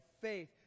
faith